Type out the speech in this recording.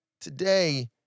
today